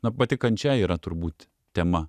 na pati kančia yra turbūt tema